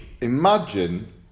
Imagine